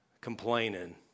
complaining